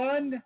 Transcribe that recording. One